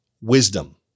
wisdom